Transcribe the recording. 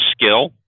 skill